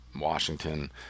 washington